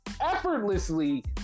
effortlessly